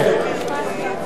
להסביר?